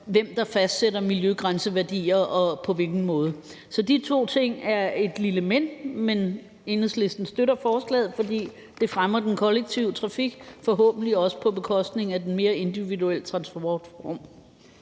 hvem der fastsætter miljøgrænseværdier og på hvilken måde. Så de to ting er et lille men. Men Enhedslisten støtter forslaget, fordi det fremmer den kollektive trafik, forhåbentlig også på bekostning af den mere individuelle transportform.